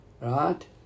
Right